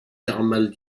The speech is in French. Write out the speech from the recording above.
thermales